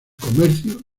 comercio